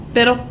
Pero